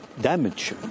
Damage